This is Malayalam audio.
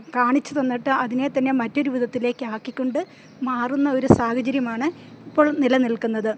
കാണിച്ച് തന്നിട്ട് അതിനെ തന്നെ മറ്റൊരു വിധത്തിലേക്ക് ആക്കിക്കൊണ്ട് മാറുന്നൊരു സാഹചര്യമാണ് ഇപ്പോൾ നിലനിൽക്കുന്നത്